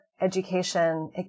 education